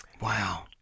Wow